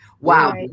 Wow